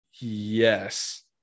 Yes